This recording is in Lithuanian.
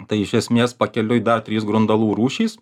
tai iš esmės pakeliui dar trys grundalų rūšys